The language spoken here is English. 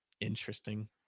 interesting